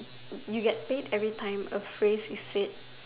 you get paid every time a phrase is said